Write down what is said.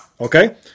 Okay